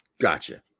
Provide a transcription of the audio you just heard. Gotcha